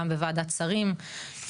גם בוועדת שרים,